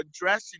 addressing